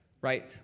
right